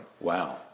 Wow